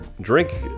drink